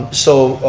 so,